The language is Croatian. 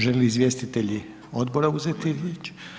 Žele li izvjestitelji odbora uzeti riječ?